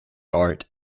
art